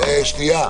שנייה.